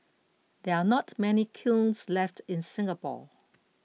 there are not many kilns left in Singapore